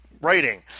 writing